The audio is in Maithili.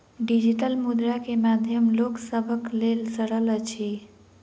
डिजिटल मुद्रा के माध्यम लोक सभक लेल सरल अछि